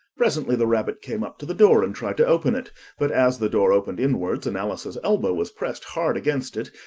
presently the rabbit came up to the door, and tried to open it but, as the door opened inwards, and alice's elbow was pressed hard against it,